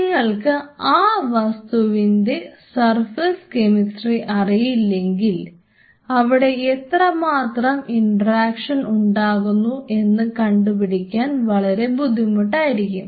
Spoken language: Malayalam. നിങ്ങൾക്ക് ആ വസ്തുവിൻറെ സർഫസ് കെമിസ്ട്രി അറിയില്ലെങ്കിൽ അവിടെ എത്രമാത്രം ഇൻട്രാക്ഷൻ ഉണ്ടാകുന്നു എന്ന് കണ്ടുപിടിക്കാൻ വളരെ ബുദ്ധിമുട്ടായിരിക്കും